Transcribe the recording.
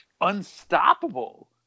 unstoppable